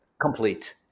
complete